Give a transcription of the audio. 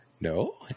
No